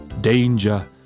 Danger